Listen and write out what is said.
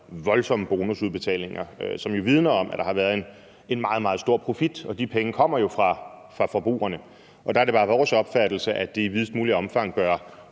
voldsomme bonusudbetalinger, som jo vidner om, at der har været en meget, meget stor profit, og de penge kommer jo fra forbrugerne. Der er det bare vores opfattelse, at de i videst muligt omfang bør